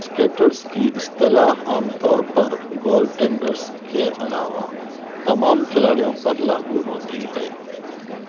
skaters کی اصطلاح عام طور پر گول ٹینڈرس کے علاوہ تمام کھلاڑیوں پر لاگو ہوتی ہے